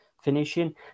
finishing